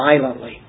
violently